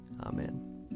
Amen